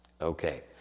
Okay